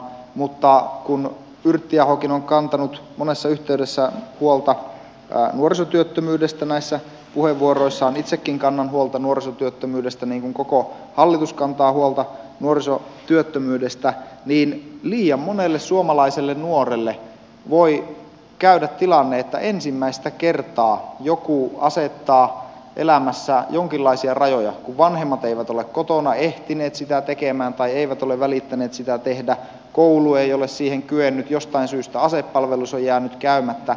mutta kun yrttiahokin on kantanut monessa yhteydessä huolta nuorisotyöttömyydestä näissä puheenvuoroissaan itsekin kannan huolta nuorisotyöttömyydestä niin kuin koko hallitus kantaa huolta nuorisotyöttömyydestä niin liian monelle suomalaiselle nuorelle voi käydä tilanne että ensimmäistä kertaa joku asettaa elämässä jonkinlaisia rajoja kun vanhemmat eivät ole kotona ehtineet sitä tekemään tai eivät ole välittäneet sitä tehdä koulu ei ole siihen kyennyt jostain syystä asepalvelus on jäänyt käymättä